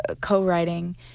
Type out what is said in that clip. co-writing